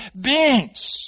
beings